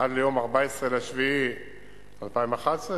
עד ליום 14 ביולי 2011,